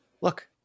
look